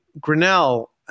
Grinnell